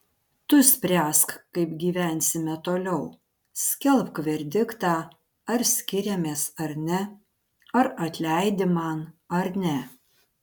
tu spręsk kaip gyvensime toliau skelbk verdiktą ar skiriamės ar ne ar atleidi man ar ne